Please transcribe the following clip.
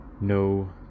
No